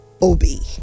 Obi